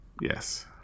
Yes